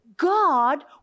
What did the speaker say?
God